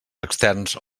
externs